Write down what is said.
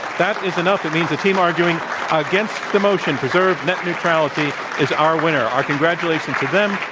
that is enough. it means the team arguing against the motion preserve net neutrality is our winner. our congratulations to them.